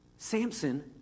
Samson